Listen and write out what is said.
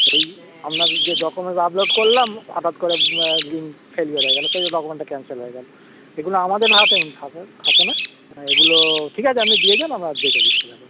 এই আপনার যে ডকুমেন্ট আপলোড করলাম হঠাৎ করে লিঙ্ক ফেলিওর হয়ে গেললে সেই ডকুমেন্টটা ক্যানসেল হয়ে গেল এগুলো আমাদের হাাততে থাকেন না এগুলো ঠিক আছে আপনি দিয়ে যান আম দেখে দিচ্ছি ব্যাপার